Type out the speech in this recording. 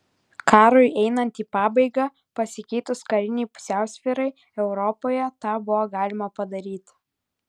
karui einant į pabaigą pasikeitus karinei pusiausvyrai europoje tą buvo galima padaryti